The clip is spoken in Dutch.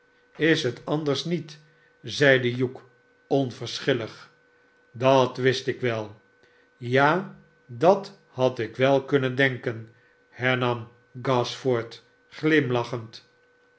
is het anders niet zeide hugh onverschillig dat wist ik wel ta dat had ik wel kunnen denken hernam gashford glimlachend